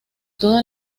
toda